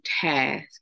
task